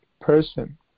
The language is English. person